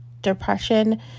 depression